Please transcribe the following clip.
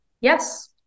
Yes